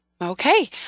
Okay